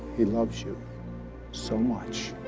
he loves you so much,